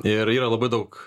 ir yra labai daug